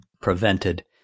prevented